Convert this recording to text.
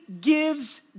gives